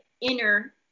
inner